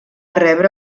rebre